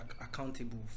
accountable